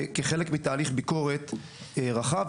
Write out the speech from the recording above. כחלק מתהליך ביקורת רחב.